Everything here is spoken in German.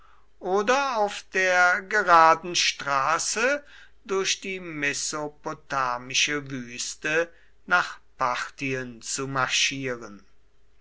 oder auf der geraden straße durch die mesopotamische wüste nach parthien zu marschieren